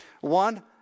One